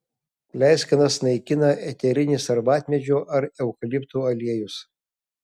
pleiskanas naikina eterinis arbatmedžių ar eukaliptų aliejus